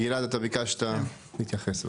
גלעד, אתה ביקשת להתייחס.